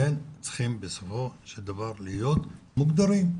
צריכים בסופו של דבר להיות מוגדרים.